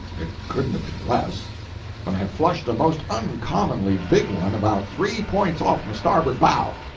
it couldn't have been less when i flushed a most uncommonly big one about three points off my starboard bow.